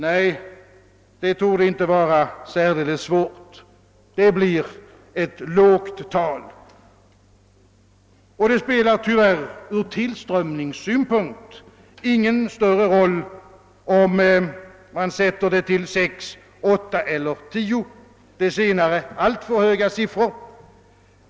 Nej, det torde inte vara särdeles svårt. Det blir ett lågt tal, och det spelar tyvärr ur tillströmningssynpunkt ingen större roll om man sätter det till 6, 8 eller 10 — det senare alltför höga siffror.